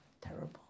terrible